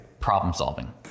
problem-solving